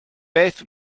beth